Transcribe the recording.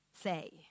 say